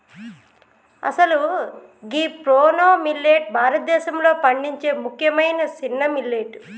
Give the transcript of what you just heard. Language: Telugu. అసలు గీ ప్రోనో మిల్లేట్ భారతదేశంలో పండించే ముఖ్యమైన సిన్న మిల్లెట్